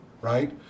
right